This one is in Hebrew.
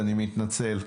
אני מתנצל.